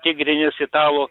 tigrinis italų